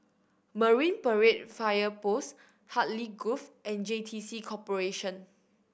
Marine Parade Fire Post Hartley Grove and J T C Corporation